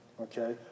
okay